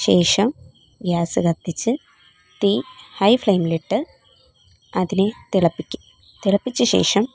ശേഷം ഗ്യാസ് കത്തിച്ച് തീ ഹൈ ഫ്ലെയിമിൽ ഇട്ട് അതിനെ തിളപ്പിക്കും തിളപ്പിച്ച ശേഷം